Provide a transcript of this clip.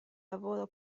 lavoro